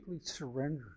surrender